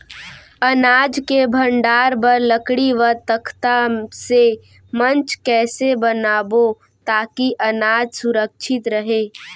अनाज के भण्डारण बर लकड़ी व तख्ता से मंच कैसे बनाबो ताकि अनाज सुरक्षित रहे?